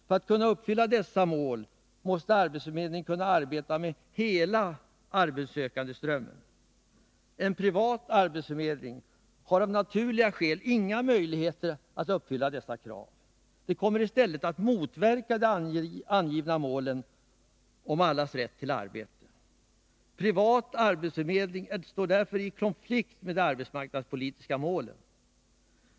För att kunna uppfylla dessa mål måste arbetsförmedlingen kunna arbeta med hela arbetssökandeströmmen. En privat arbetsförmedling har av naturliga skäl inga möjligheter att uppfylla dessa krav. Den kommer i stället att motverka de angivna målen i fråga om allas rätt till arbete. Privat arbetsförmedling står därför i konflikt med de arbetsmarknadspolitiska målen.